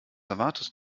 erwartest